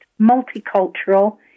multicultural